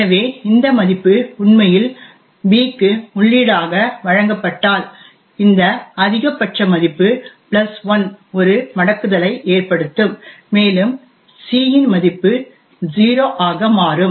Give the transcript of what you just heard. எனவே இந்த மதிப்பு உண்மையில் b க்கு உள்ளீடாக வழங்கப்பட்டால் இந்த அதிகபட்ச மதிப்பு 1 ஒரு மடக்குதலை ஏற்படுத்தும் மேலும் c இன் மதிப்பு 0 ஆக மாறும்